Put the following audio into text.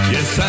Yes